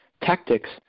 tactics